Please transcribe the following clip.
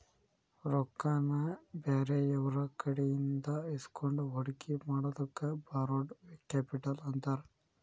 ರೊಕ್ಕಾನ ಬ್ಯಾರೆಯವ್ರಕಡೆಇಂದಾ ಇಸ್ಕೊಂಡ್ ಹೂಡ್ಕಿ ಮಾಡೊದಕ್ಕ ಬಾರೊಡ್ ಕ್ಯಾಪಿಟಲ್ ಅಂತಾರ